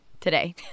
today